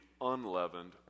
unleavened